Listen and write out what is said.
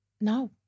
no